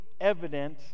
evident